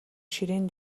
ширээн